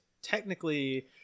Technically